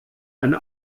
eine